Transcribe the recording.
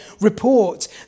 report